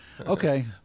Okay